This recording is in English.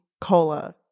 cola